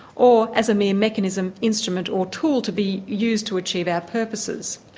or as a mere mechanism, instrument or tool to be used to achieve our purposes.